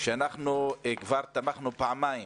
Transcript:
שאנחנו כבר תמכנו פעמיים